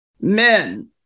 men